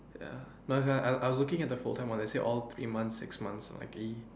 ya I I was looking at the full time and there were all like three months six months